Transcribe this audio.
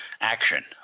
action